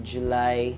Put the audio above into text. July